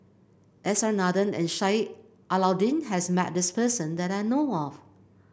S R Nathan and Sheik Alau'ddin has met this person that I know of